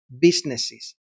businesses